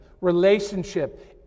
relationship